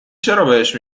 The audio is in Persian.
چرابهش